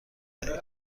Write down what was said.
دهید